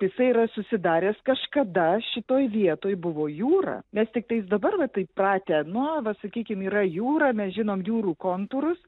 jisai yra susidaręs kažkada šitoj vietoj buvo jūra nes tiktais dabar va taip pratę na va sakykim yra jūra mes žinom jūrų kontūrus